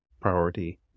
priority